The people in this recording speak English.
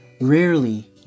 rarely